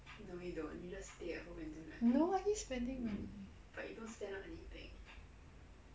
no I keep spending money